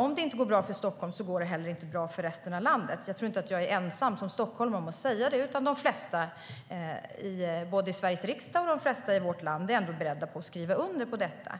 Om det inte går bra för Stockholm går det inte heller bra för resten av landet. Jag tror inte att jag som stockholmare är ensam om att säga det, utan de flesta både i Sveriges riksdag och i vårt land är beredda att skriva under på detta.